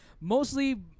Mostly